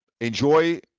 Enjoy